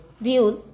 views